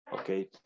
Okay